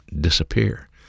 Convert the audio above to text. disappear